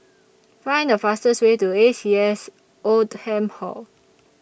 Find The fastest Way to A C S Oldham Hall